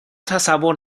تصور